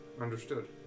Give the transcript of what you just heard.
Understood